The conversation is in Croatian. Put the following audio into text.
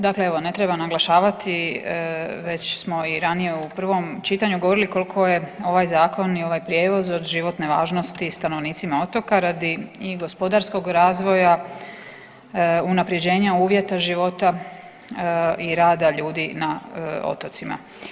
Dakle evo ne treba naglašavati, već smo i ranije u prvom čitanju govorili koliko je ovaj zakon i ovaj prijevoz od životne važnosti stanovnicima otoka radi i gospodarskog razvoja, unaprjeđenja uvjeta života i rada ljudi na otocima.